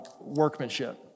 workmanship